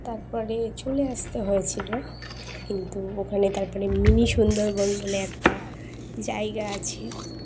তারপরে চলে আসতে হয়েছিলো কিন্তু ওখানে তারপরে মিনি সুন্দরবন বলে একটা জায়গা আছে